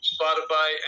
Spotify